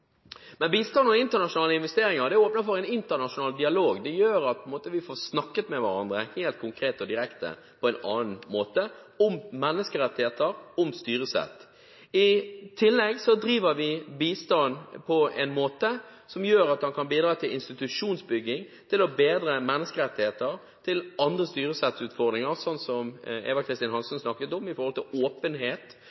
Bistand og internasjonale investeringer åpner for en internasjonal dialog. Det gjør at vi får snakket med hverandre helt konkret og direkte på en annen måte om menneskerettigheter og styresett. I tillegg driver vi bistand på en måte som gjør at man kan bidra til institusjonsbygging, til å bedre menneskerettigheter, til andre styresettutfordringer – som Eva Kristin